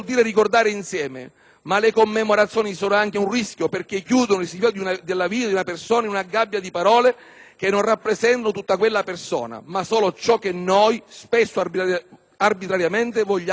ma le commemorazioni rappresentano anche un rischio perché racchiudono il significato della vita di una persona in una gabbia di parole che non rappresentano interamente quella persona, ma solo ciò che noi, spesso arbitrariamente, vogliamo conservare di lui.